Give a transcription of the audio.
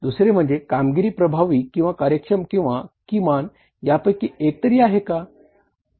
दुसरे म्हणजे कामगिरी प्रभावी किंवा कार्यक्षम किंवा किमान यापैकी एक तरी आहे का